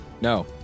No